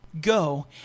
go